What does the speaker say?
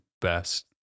best